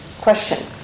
Question